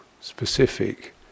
specific